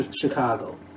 Chicago